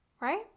right